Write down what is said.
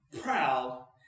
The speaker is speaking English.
proud